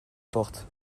porte